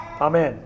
Amen